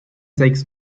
takes